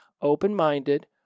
open-minded